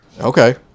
Okay